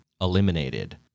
eliminated